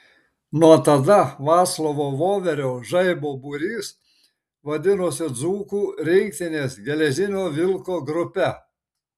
nuo tada vaclovo voverio žaibo būrys vadinosi dzūkų rinktinės geležinio vilko grupe